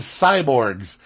cyborgs